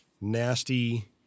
nasty